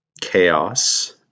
chaos